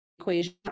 equation